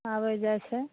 आबै जाइ छै